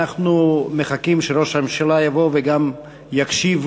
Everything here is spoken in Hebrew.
אנחנו מחכים שראש הממשלה יבוא וגם יקשיב